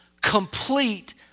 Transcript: complete